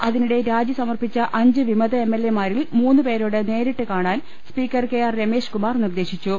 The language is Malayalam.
അതിനിടെ രാജി സമർപ്പിച്ച അഞ്ച് വിമത എം എൽഎമാരിൽ മൂന്ന് പേരോട് നേരിട്ട് കാണാൻ സ്പീക്കർ കെ ആർ രമേശ്കു മാർ നിർദേശിച്ചു